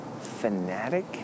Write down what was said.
fanatic